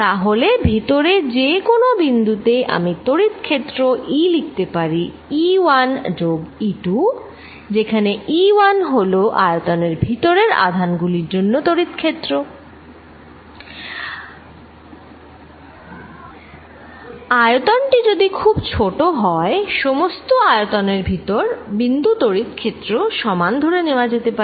তা হলে ভিতরে যে কোন বিন্দু তে আমি তড়িৎ ক্ষেত্র E লিখতে পারি E1 যোগ E2 যেখানে E1 হল আয়তনের ভিতরের আধান গুলির জন্য তড়িৎ ক্ষেত্র আয়তন টি যদি খুব ছোট হয় সমস্ত আয়তনের ভিতর বিন্দু তড়িৎ ক্ষেত্র সমান ধরে নেওয়া যেতে পারে